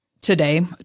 today